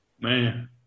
Man